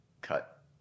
cut